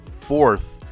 fourth